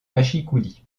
mâchicoulis